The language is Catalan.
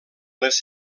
les